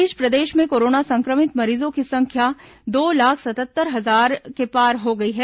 इस बीच प्रदेश में कोरोना संक्रमित मरीजों की संख्या दो लाख सतहत्तर हजार के पार हो गई है